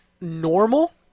normal